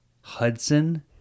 Hudson